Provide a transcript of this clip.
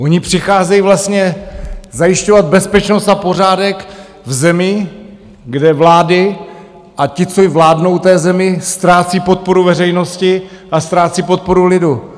Oni přicházejí vlastně zajišťovat bezpečnost a pořádek v zemi, kde vlády a ti, co vládnou té zemi, ztrácí podporu veřejnosti a ztrácí podporu lidu.